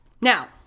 Now